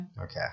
okay